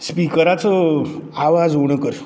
स्पिकराचो आवाज उणो कर